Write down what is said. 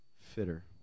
Fitter